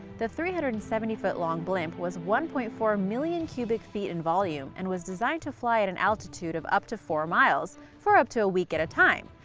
the three hundred and seventy foot long blimp was one point four million cubic feet in volume and was designed to fly at an altitude of up to four miles, for up to a week at a time.